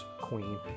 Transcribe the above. queen